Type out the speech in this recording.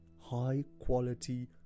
high-quality